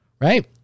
right